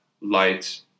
light